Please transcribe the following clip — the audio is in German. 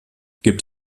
gibt